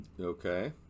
Okay